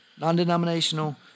non-denominational